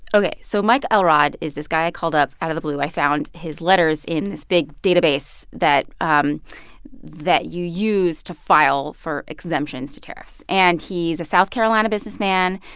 ok. so mike elrod is this guy i called up out of the blue. i found his letters in this big database that um that you use to file for exemptions to tariffs. and he's a south carolina businessman.